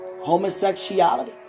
Homosexuality